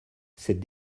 cette